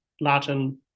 Latin